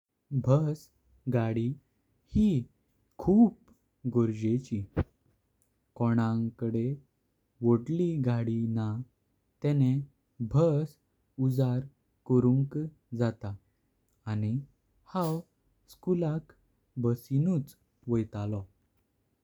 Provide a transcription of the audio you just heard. बस गाडी ही खूप गरजेची कणाकडें वडलिं गाडी ना तेनें बस उजाड करुंक जात। आनी हांव स्कुलाक बसिननुच वयतलो।